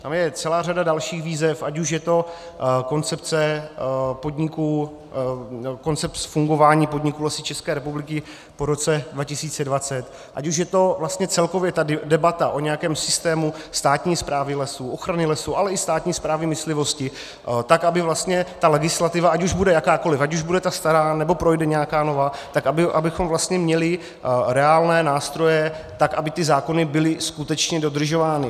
Tam je celá řada dalších výzev, ať už je to koncepce fungování podniku Lesy České republiky po roce 2020, ať už je to vlastně celkově debata o nějakém systému státní správy lesů, ochrany lesů, ale i státní správy myslivosti, tak aby ta legislativa, ať už bude jakákoliv, ať už bude ta stará, nebo projde nějaká nová, tak abychom měli reálné nástroje, tak aby ty zákony byly skutečně dodržovány.